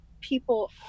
people